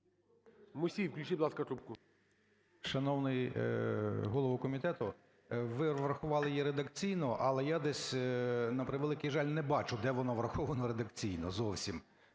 Мусій, включіть, будь ласка, кнопку. 13:31:11 МУСІЙ О.С. Шановний голово комітету, ви врахували її редакційно, але я десь, на превеликий жаль, не бачу, де вона врахована редакційно, зовсім.